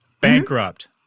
bankrupt